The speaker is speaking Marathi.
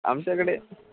आमच्याकडे